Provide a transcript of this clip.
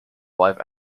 live